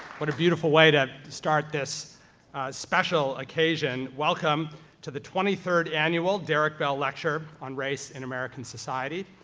what a beautiful way to start this special occasion. welcome to the twenty third annual derrick bell lecture on race in american society.